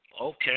Okay